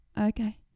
Okay